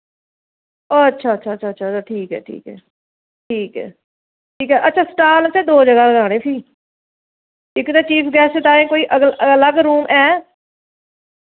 अच्छा अच्छा अच्छा अच्छा ठीक ऐ अच्छा स्टाल असें दो ज'गा लाने फ्ही इक ते चीफ गैस्ट ताईं कोई अलग अलग रूम ऐ